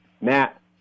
Matt